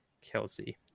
kelsey